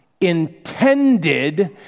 intended